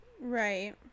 Right